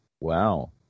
wow